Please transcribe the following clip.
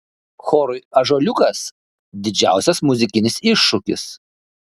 chorui ąžuoliukas didžiausias muzikinis iššūkis